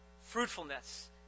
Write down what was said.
fruitfulness